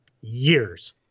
years